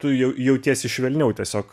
tu jau jautiesi švelniau tiesiog